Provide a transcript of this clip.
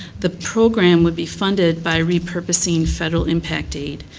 the program would be funded by repurposing federal impact aid.